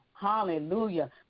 hallelujah